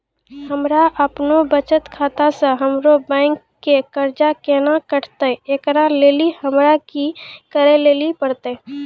हमरा आपनौ बचत खाता से हमरौ बैंक के कर्जा केना कटतै ऐकरा लेली हमरा कि करै लेली परतै?